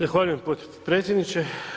Zahvaljujem potpredsjedniče.